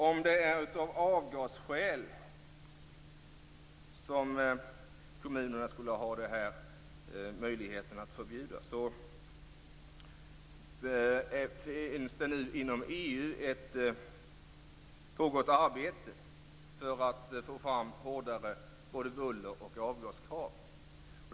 Om det är av avgasskäl som kommunerna skulle ha möjligheten att förbjuda vill jag säga att det nu inom EU pågår ett arbete för att få fram hårdare buller och avgaskrav.